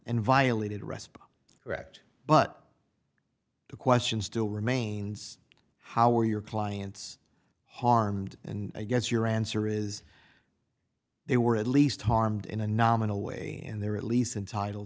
and violated rest by correct but the question still remains how are your clients harmed and i guess your answer is they were at least harmed in a nominal way and they're at least entitle